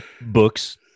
books